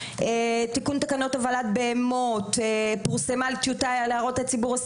תיקון תקנות הובלת בהמות פורסמה על טיוטה להערות הציבור 2020,